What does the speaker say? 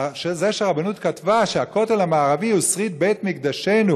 על זה שהרבנות כתבה שהכותל המערבי הוא שריד בית-מקדשנו,